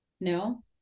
No